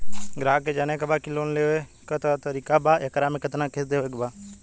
ग्राहक के जाने के बा की की लोन लेवे क का तरीका बा एकरा में कितना किस्त देवे के बा?